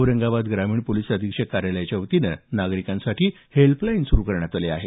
औरंगाबाद ग्रामीण पोलीस अधीक्षक कार्यालयाच्या वतीनं नागरिकांसाठी हेल्पलाईन सुरू करण्यात आली आहे